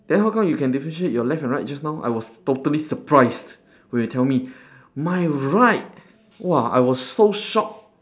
then how come you can differentiate your left and right just now I was totally surprised when you tell me my right !wah! I was so shocked